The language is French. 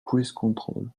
cruisecontrol